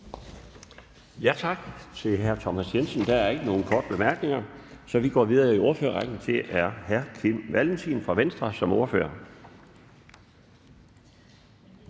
tak til hr. Thomas Jensen. Der var ingen korte bemærkninger, og vi går videre i ordførerrækken. Det er hr. Kim Valentin fra Venstre som ordfører.